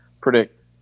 predict